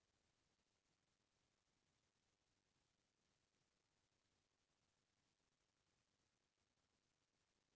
खेत खार म पानी के होय ले धान के थोकन बाढ़े के बाद म नींदे के बाद बियासी सुरू हो जाथे